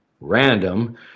random